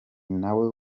nawe